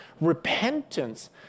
Repentance